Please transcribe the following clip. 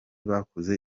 bakoze